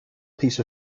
piece